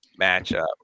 matchup